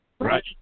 Right